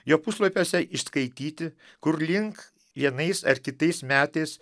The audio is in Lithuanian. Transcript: jo puslapiuose išskaityti kurlink vienais ar kitais metais